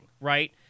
Right